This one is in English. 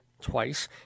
twice